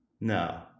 No